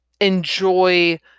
enjoy